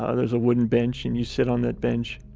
ah there's a wooden bench and you sit on that bench